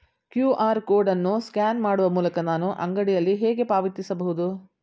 QR code ಅನ್ನು scan ಮಾಡುವ ಮೂಲಕ ನಾನು ಅಂಗಡಿಯಲ್ಲಿ ಹೇಗೆ ಪಾವತಿಸಬಹುದು?